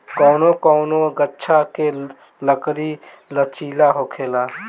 कौनो कौनो गाच्छ के लकड़ी लचीला होखेला